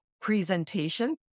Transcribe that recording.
presentation